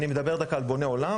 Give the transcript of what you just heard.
אני מדבר על בונה עולם,